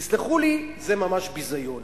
תסלחו לי, זה ממש ביזיון.